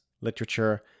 literature